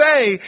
say